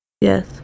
Yes